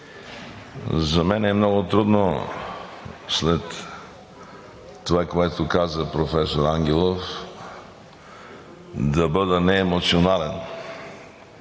За мен е много трудно след това, което каза професор Ангелов, да бъда неемоционален